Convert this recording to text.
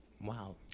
Wow